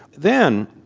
then,